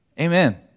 Amen